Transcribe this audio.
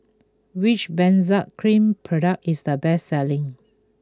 which Benzac Cream product is the best selling